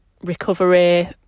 recovery